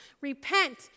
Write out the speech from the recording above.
Repent